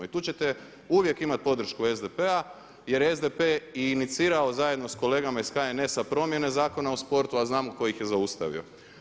I tu ćete uvijek imati podršku SDP-a jer je SDP i inicirao zajedno sa kolegama iz HNS-a promjene Zakona o sportu a znamo tko ih je zaustavio.